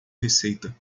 receita